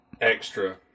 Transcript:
Extra